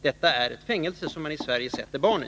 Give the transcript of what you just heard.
Detta är ett fängelse, som man i Sverige sätter barn i.